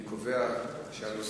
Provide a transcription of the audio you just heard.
אני קובע שהנושא,